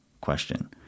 Question